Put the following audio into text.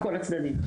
לכל הצדדים.